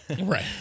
Right